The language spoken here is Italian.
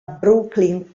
brooklyn